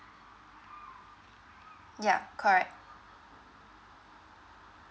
yeah correct